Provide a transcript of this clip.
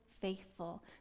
faithful